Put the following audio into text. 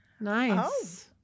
Nice